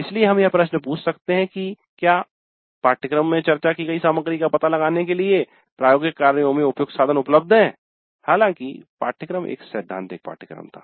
इसलिए हम यह प्रश्न पूछ सकते हैं कि क्या पाठ्यक्रम में चर्चा की गई सामग्री का पता लगाने के लिए प्रयोगी कार्यों में उपयुक्त साधन उपलब्ध हैं हालांकि पाठ्यक्रम एक सैद्धांतिक पाठ्यक्रम था